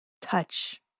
Touch